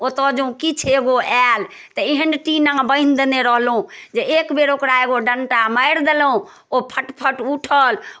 ओतय जँ किछु एगो आयल तऽ एहन टीना बान्हि देने रहलहुँ जे एक बेर ओकरा एगो डण्टा मारि देलहुँ ओ फटफट उठल